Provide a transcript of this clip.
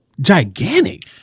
Gigantic